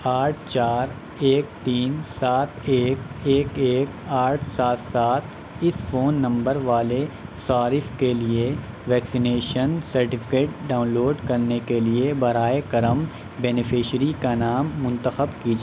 آٹھ چار ایک تین سات ایک ایک ایک آٹھ سات سات اس فون نمبر والے صارف کے لیے ویکسینیشن سرٹیفکیٹ ڈاؤن لوڈ کرنے کے لیے برائے کرم بینیفیشری کا نام منتخب کیجیے